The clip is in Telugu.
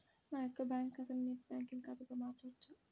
నా యొక్క బ్యాంకు ఖాతాని నెట్ బ్యాంకింగ్ ఖాతాగా మార్చవచ్చా?